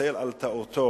מתנצל על טעותו.